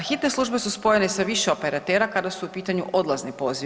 Hitne službe su spojene sa više operatera kada su u pitanju odlazni pozivi.